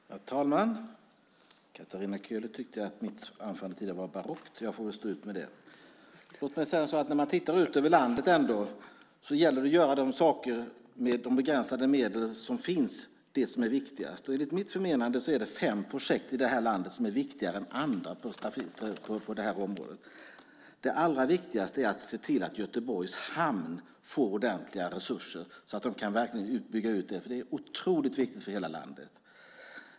Herr talman! Katarina Köhler tyckte att mitt anförande tidigare var barockt. Jag får väl stå ut med det. När man tittar ut över landet gäller det, med de begränsade medel som finns, att göra det som är viktigast. Enligt mitt förmenande är det fem projekt i detta land som är viktigare än andra på detta område. Det allra viktigaste är att se till att Göteborgs hamn får ordentliga resurser så att den kan byggas ut. Det är otroligt viktigt för hela landet.